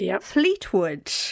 Fleetwood